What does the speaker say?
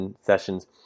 sessions